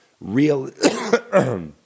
real